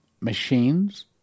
machines